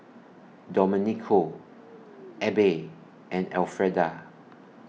Domenico Abbey and Elfreda